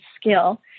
skill